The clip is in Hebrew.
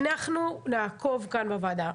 אנחנו נעקוב כאן בוועדה.